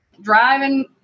driving